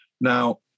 now